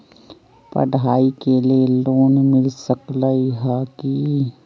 पढाई के लेल लोन मिल सकलई ह की?